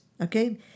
okay